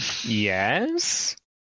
Yes